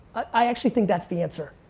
i actually think that's the answer.